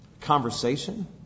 conversation